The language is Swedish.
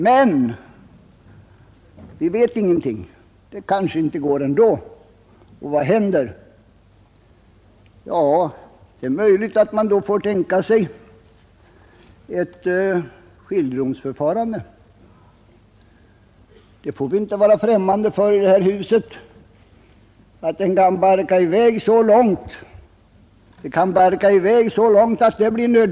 Men det kanske inte går ändå, och vad händer i så fall? Ja, det blir måhända nödvändigt med ett skiljedomsförfarande. Vi får inte i detta hus stå helt främmande för att det kan barka i väg så långt.